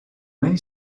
many